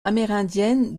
amérindienne